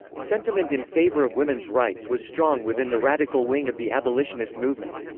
sentiment in favor of women's rights was strong within the radical wing of the abolitionist movement.